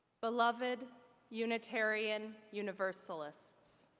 beloved unitarian universalists!